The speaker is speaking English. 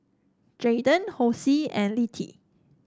Jaiden Hosie and Littie